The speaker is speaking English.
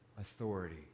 authority